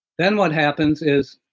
then what happens is